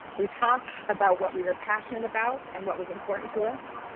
we talked about what we were passionate about and what was important to us.